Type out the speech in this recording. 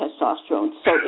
testosterone